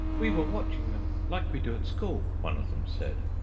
we were watching them like we do at school, one of them said,